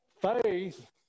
Faith